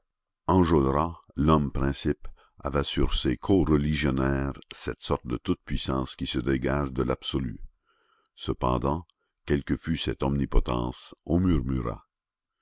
enjolras l'homme principe avait sur ses coreligionnaires cette sorte de toute-puissance qui se dégage de l'absolu cependant quelle que fût cette omnipotence on murmura